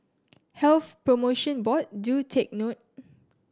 Health Promotion Board do take note